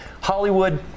Hollywood